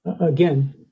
again